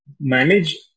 manage